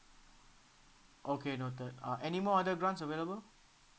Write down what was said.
okay noted uh anymore other grants available